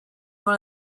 one